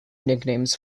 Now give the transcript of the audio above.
nicknames